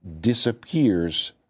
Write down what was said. disappears